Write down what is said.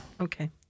Okay